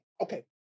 okay